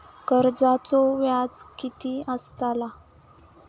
कर्जाचो व्याज कीती असताला?